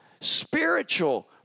spiritual